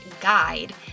guide